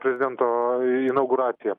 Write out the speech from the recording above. prezidento inauguraciją